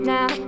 Now